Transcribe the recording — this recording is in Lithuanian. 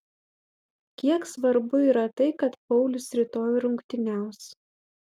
kiek svarbu yra tai kad paulius rytoj rungtyniaus